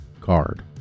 Card